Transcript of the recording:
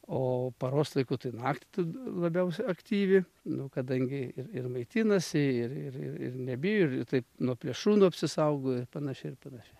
o paros laiku tai naktį labiausiai aktyvi nu kadangi ir ir maitinasi ir ir ir nebijo ir taip nuo plėšrūnų apsisaugo panašiai ir panašiai